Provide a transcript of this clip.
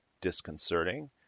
disconcerting